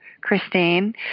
Christine